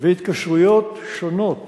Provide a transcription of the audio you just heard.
והתקשרויות שונות